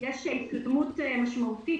יש התקדמות משמעותית,